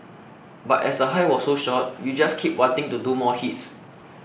but as the high was so short you just keep wanting to do more hits